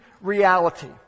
reality